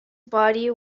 body